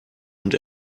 und